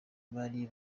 bari